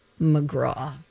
McGraw